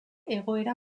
egoera